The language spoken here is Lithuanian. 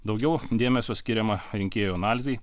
daugiau dėmesio skiriama rinkėjų analizei